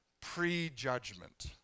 pre-judgment